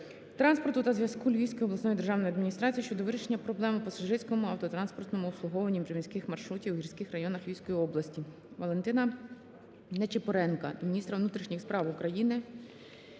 транспорту та зв'язку Львівської обласної державної адміністрації щодо вирішення проблем у пасажирському автотранспортному обслуговуванні приміських маршрутів у гірських районах Львівської області. Валентина Ничипоренка до міністра внутрішніх справ України